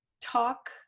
talk